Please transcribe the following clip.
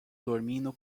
dormindo